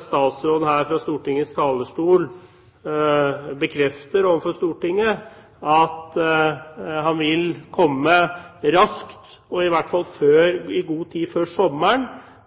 statsråden her fra Stortingets talerstol bekrefter overfor Stortinget at han vil komme raskt, og i hvert fall i god tid før